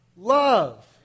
Love